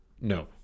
No